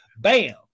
Bam